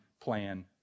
plan